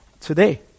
today